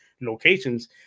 locations